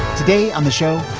today on the show,